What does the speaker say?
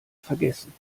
vergessen